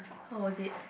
how was it